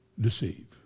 deceive